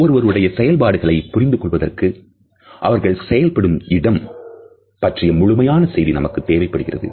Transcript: ஒருவருடைய செயல்பாடுகளைப் புரிந்து கொள்வதற்கு அவர்கள் செயல்படும் இடம் பற்றிய முழுமையான செய்தி நமக்குத் தேவைப்படுகிறது